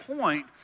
point